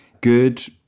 good